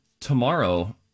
tomorrow